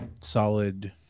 solid